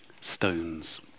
Stones